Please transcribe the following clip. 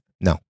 No